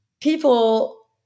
people